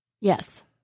Yes